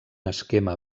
esquema